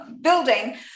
building